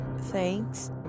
thanks